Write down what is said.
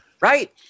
right